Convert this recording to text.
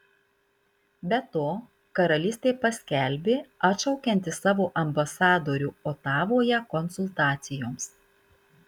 be to karalystė paskelbė atšaukianti savo ambasadorių otavoje konsultacijoms